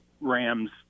Rams